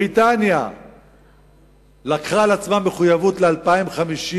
בריטניה לקחה על עצמה מחויבת ל-2050,